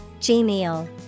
Genial